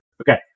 Okay